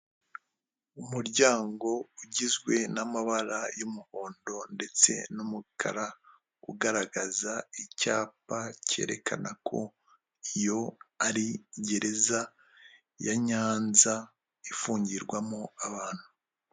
Umuryango ugizwe n'amabara y'umuhondo ndetse n'umukara, ugaragaza icyapa cyerekana ko iyo ari gereza ya Nyanza, ifungirwamo abantu.